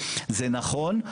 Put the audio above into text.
זה נכון,